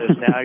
now